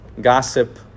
gossip